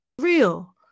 Real